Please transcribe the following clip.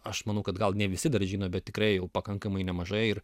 aš manau kad gal ne visi dar žino bet tikrai jau pakankamai nemažai ir